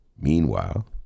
Meanwhile